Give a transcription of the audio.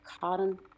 Cotton